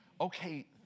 okay